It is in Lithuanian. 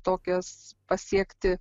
tokias pasiekti